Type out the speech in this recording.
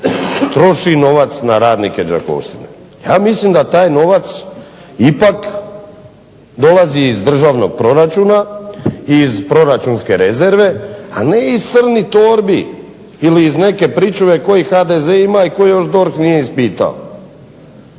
troši novac na radnike Đakovštine. Ja mislim da taj novac ipak dolazi iz državnog proračuna i iz proračunske rezerve, a ne iz crnih torbi ili iz neke pričuve koju HDZ ima i koju još DORH nije ispitao.